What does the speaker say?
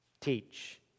teach